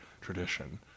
tradition